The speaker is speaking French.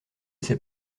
ses